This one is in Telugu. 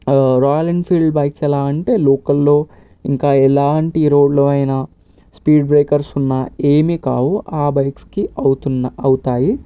రాయల్ ఎన్ఫీల్డ్ బైక్ ఎలా అంటే లోకల్లో ఇంకా ఎలాంటి రోడ్లో అయినా స్పీడ్ బ్రేకర్స్ ఉన్న ఏమీ కావు ఆ బైక్స్కి అవుతున్న అవుతాయి